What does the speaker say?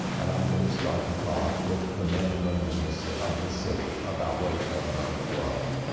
and i'm gonna start to talk with the men and women in the of the city, about what is going on in the world.